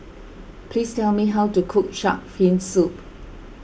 please tell me how to cook Shark's Fin Soup